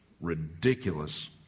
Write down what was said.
ridiculous